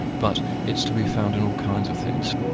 but it's to be found in all kinds of things.